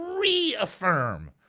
reaffirm